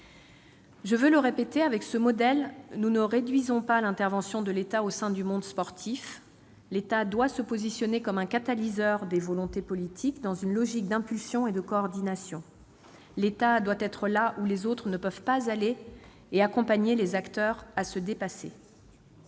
Je veux le répéter, avec ce modèle, nous ne réduisons pas l'intervention de l'État au sein du monde sportif. L'État doit se positionner comme un catalyseur des volontés politiques, dans une logique d'impulsion et de coordination. Il doit être là où les autres ne peuvent pas aller et conduire les acteurs à se dépasser.